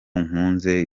nkunze